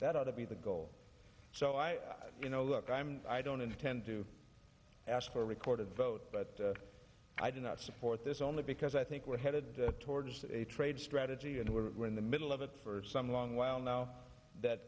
that ought to be the goal so i you know look i'm i don't intend to ask for a recorded vote but i do not support this only because i think we're headed towards a trade strategy and we're in the middle of it for some long while now that